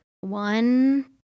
one